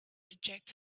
reject